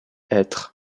hêtres